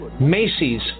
Macy's